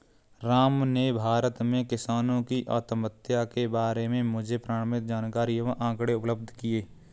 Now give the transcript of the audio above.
राम ने भारत में किसानों की आत्महत्या के बारे में मुझे प्रमाणित जानकारी एवं आंकड़े उपलब्ध किये